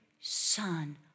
Son